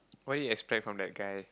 what you expect from that guy